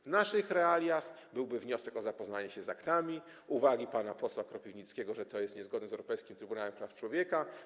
W naszych realiach byłby wniosek o zapoznanie się z aktami, uwagi pana posła Kropiwnickiego, że to jest niezgodne, jeśli chodzi o Europejski Trybunał Praw Człowieka.